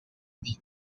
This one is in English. many